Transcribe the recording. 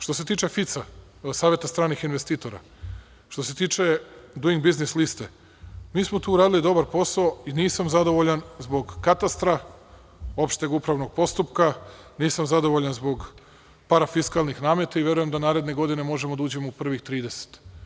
Što se tiče FIC-a, Saveta stranih investitora, što se tiče Dujing biznis liste, mi smo tu uradili dobar posao i nisam zadovoljan zbog katastra, opšteg upravnog postupka, nisam zadovoljan zbog parafisklanih nameta i verujem da naredne godine možemo da uđemo u prvih 30.